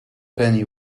penny